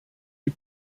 die